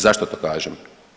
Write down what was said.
Zašto što kažem?